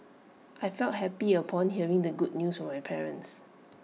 I felt happy upon hearing the good news from my parents